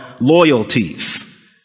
loyalties